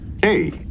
Hey